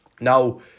now